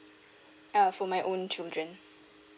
uh for my own children